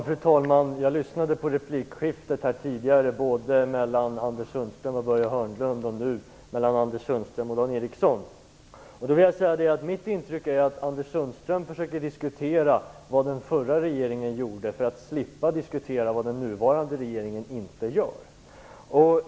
Fru talman! Jag lyssnade på de tidigare replikskiftena mellan både Anders Sundström och Börje Hörnlund och Anders Sundström och Dan Ericsson. Mitt intryck är att Anders Sundström försöker diskutera vad den förra regeringen gjorde för att slippa diskutera vad den nuvarande regeringen inte gör.